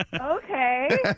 Okay